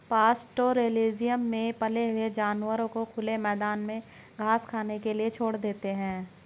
pastoralism में पाले हुए जानवरों को खुले मैदान में घास खाने के लिए छोड़ देते है